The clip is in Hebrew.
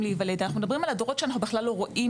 להיוולד אנחנו מדברים על הדורות שאנחנו בכלל לא רואים,